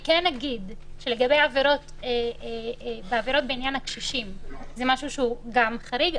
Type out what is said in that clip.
אני כן אגיד שלגבי העבירות בעניין הקשישים זה משהו שהוא גם חריג,